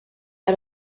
out